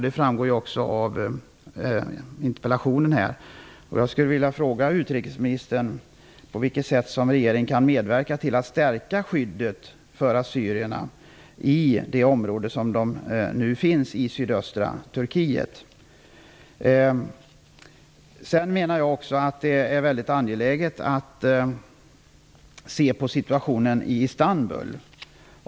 Det framgår också av interpellationen. Det är angeläget att se på situationen i Istanbul.